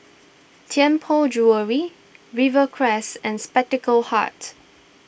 Tianpo Jewellery Rivercrest and Spectacle Hut